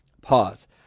Pause